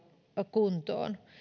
kuntoon